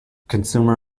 consumer